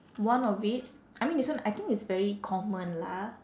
one of it I mean this one I think it's very common lah